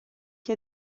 chi